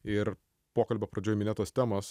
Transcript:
ir pokalbio pradžioj minėtos temos